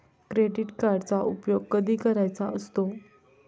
Credit कार्डचा उपयोग कधी करायचा असतो?